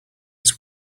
its